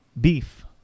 beef